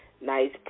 Nice